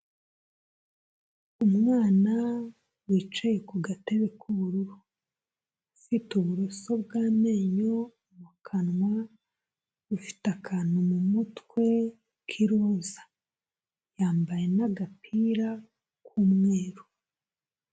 Umwana wicaye ku gatebe k'ubururu, ufite uburoso bw'amenyo mu kanwa, ufite akantu mu mutwe k'iroza yambaye n'agapira k'umweru.